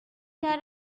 had